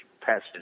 passage